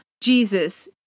Jesus